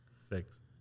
Six